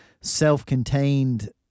self-contained